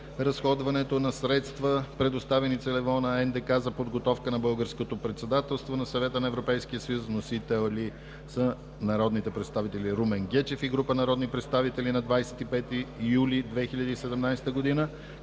разходването на средства, предоставени целево, на НДК за подготовка на българското председателство на Съвета на Европейския съюз. Вносители: народният представител Румен Гечев и група народни представители. Заместник